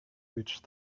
reached